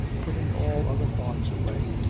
putting all other thoughts away.